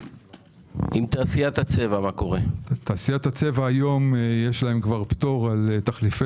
תעשיית הצבע היום יש להם פטור על תחליפי